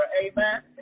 Amen